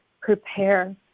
prepare